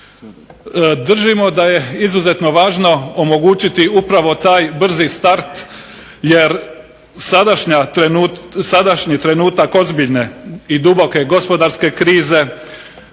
Držimo da je izuzetno važno omogućiti taj brzi start jer sadašnji trenutak ozbiljne i duboke gospodarske krize